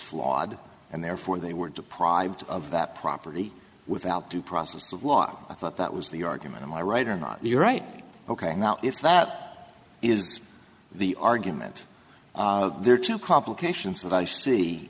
flawed and therefore they were deprived of that property without due process of law i thought that was the argument am i right or not your right ok now if that is the argument there are two complications that i see